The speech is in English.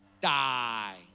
die